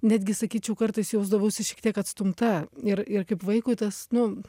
netgi sakyčiau kartais jausdavausi šiek tiek atstumta ir ir kaip vaikui tas nu